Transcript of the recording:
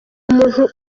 umuntu